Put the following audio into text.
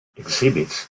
exhibits